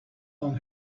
down